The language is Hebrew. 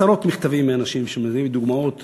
קיבלתי עשרות מכתבים מאנשים שמביאים דוגמאות